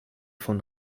von